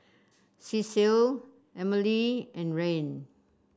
Cecile Emely and Rahn